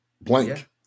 blank